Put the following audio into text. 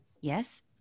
Yes